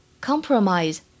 Compromise